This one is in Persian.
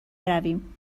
برویم